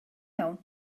iawn